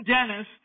Dennis